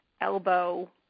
elbow